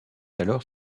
alors